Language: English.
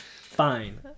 fine